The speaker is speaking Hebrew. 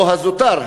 לא הזוטר,